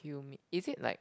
cumin is it like